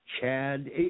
Chad